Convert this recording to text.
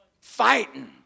Fighting